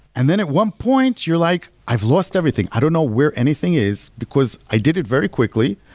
and then at one point you're like, i've lost everything. i don't know where anything is, because i did it very quickly.